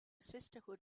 sisterhood